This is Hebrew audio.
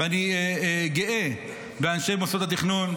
ואני גאה באנשי מוסדות התכנון,